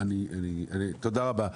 תודה רבה.